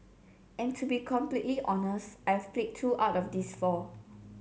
and to be completely honest I have played two out of these four